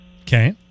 Okay